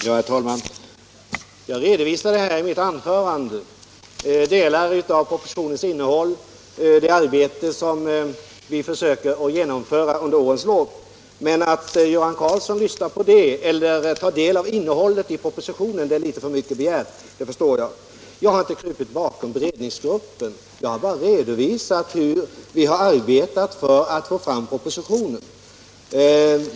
Herr talman! Jag redovisade i mitt anförande delar av propositionens innebåll och det arbete som vi försöker genomföra under årens lopp. Men att Göran Karlsson skulle lyssna på det eller ta del av innehållet i propositionen är litet för mycket begärt, det förstår jag. Jag har inte krupit bakom beredningsgruppen. Jag har bara redovisat hur vi har arbetat för att få fram propositionen.